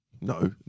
no